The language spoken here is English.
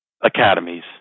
academies